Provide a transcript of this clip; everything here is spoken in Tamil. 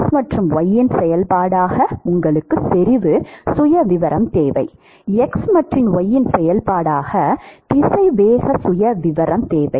x மற்றும் y இன் செயல்பாடாக உங்களுக்கு திசைவேக சுயவிவரம் தேவை